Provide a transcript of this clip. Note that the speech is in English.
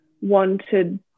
wanted